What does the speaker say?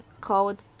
called